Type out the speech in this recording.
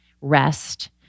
rest